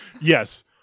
Yes